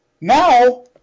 Now